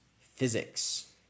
physics